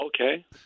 Okay